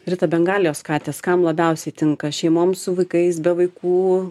rita bengalijos katės kam labiausiai tinka šeimom su vaikais be vaikų